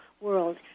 world